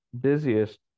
busiest